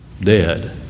dead